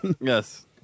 Yes